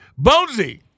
Bonesy